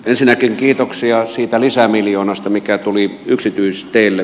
ensinnäkin kiitoksia siitä lisämiljoonasta mikä tuli yksityisteille